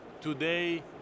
today